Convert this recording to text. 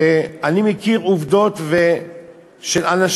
שאני מכיר עובדות על אנשים,